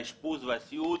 האשפוז והסיעוד,